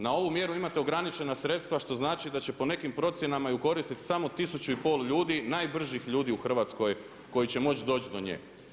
Na ovu mjeru imate ograničena sredstva što znači da će po nekim procjenama nju koristiti samo 1000 i pol ljudi, najbržih ljudi u Hrvatskoj koji će moći doći do nje.